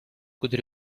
could